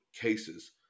cases